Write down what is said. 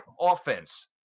offense